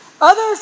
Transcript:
Others